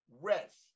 rest